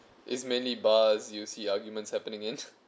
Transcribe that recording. it's mainly bars you see arguments happening in